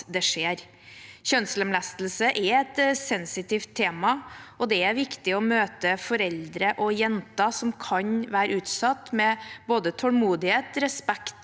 Kjønnslemlestelse er et sensitivt tema, og det er viktig å møte foreldre og jenter som kan være utsatt, med både tålmodighet, respekt